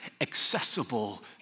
accessible